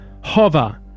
hover